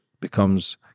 becomes